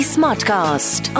Smartcast